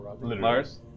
Lars